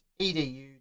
edu